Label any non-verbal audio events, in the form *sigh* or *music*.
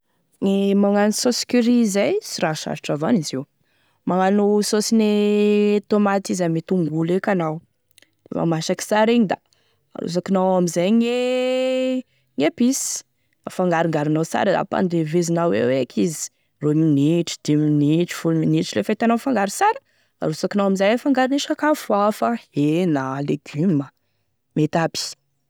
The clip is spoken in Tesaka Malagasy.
Gne magnano saosy curry zay sy raha sarotra avao an'izy io magnano saosy ne tomate izy ame tongolo eky anao la masaky sara igny da arosaky amin'izay e *hesitation* épice afangarongaronao sara ampandevezinao eo eky izy roy minitry dimy minitry folo minitry lafa hitanao mifangaro sara arotsakinao ao amin'izay e fangarone sakafo hafa, hena, légume, mety aby.